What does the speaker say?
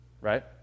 Right